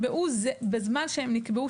בזמן שהם נקבעו,